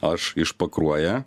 aš iš pakruoja